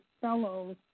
fellows